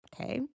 Okay